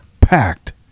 packed